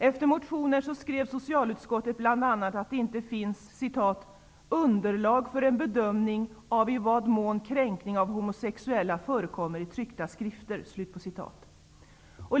Efter behandlingen av motionen skrev socialutskottet bl.a. att det inte finns ''underlag för en bedömning av i vad mån kränkning av homosexuella förekommer i tryckta skrifter.''